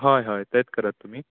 हय हय तेंच करात तुमी